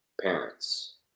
parents